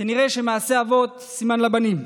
כנראה מעשה אבות, סימן לבנים,